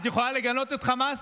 את יכולה לגנות את חמאס?